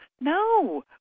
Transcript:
No